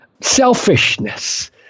selfishness